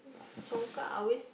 Congkak I always